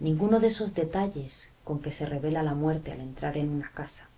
ninguno de esos detalles con que se revela la muerte al entrar en una casa